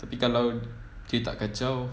tapi kalau dia tak kacau